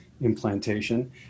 implantation